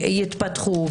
שיתפתחו.